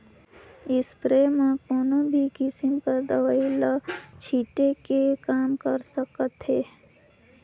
sprayer म कोनो भी किसम के दवई ल छिटे के काम कर सकत हे